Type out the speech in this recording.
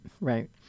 right